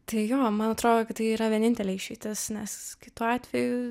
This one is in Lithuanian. tai jo man atrodo kad tai yra vienintelė išeitis nes kitu atveju